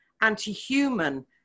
anti-human